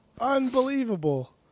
Unbelievable